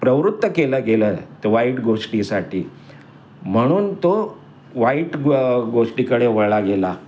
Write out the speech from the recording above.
प्रवृत्त केलं गेलं त वाईट गोष्टीसाठी म्हणून तो वाईट गो गोष्टीकडे वळला गेला